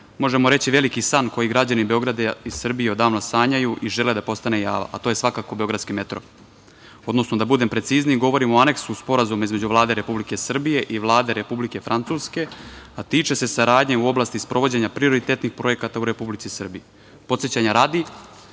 možemo reći, veliki san koji građani Beograda i Srbije odavno sanjaju i žele da postane java, a to je, svakako, beogradski metro. Da budem precizniji, govorimo o aneksu Sporazuma između Vlade Republike Srbije i Vlade Republike Francuske, a tiče se saradnje u oblasti sprovođenja prioritetnih projekata u Republici Srbiji. Podsećanja radi,